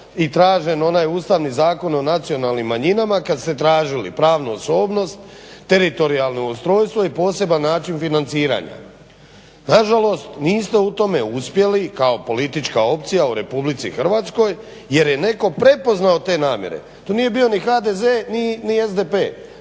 je tražen onaj Ustavni zakon o nacionalnim manjinama, kad ste tražili pravnu osobnost, teritorijalno ustrojstvo i poseban način financiranja. Nažalost, niste u tome uspjeli kao politička opcija u Republici Hrvatskoj jer je netko prepoznao te namjere. To nije bio ni HDZ ni SDP